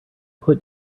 put